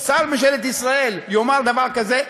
או שר בממשלת ישראל, יאמרו דבר כזה.